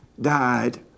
died